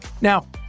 Now